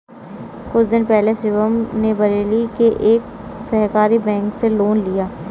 कुछ दिन पहले शिवम ने बरेली के एक सहकारी बैंक से लोन लिया